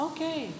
Okay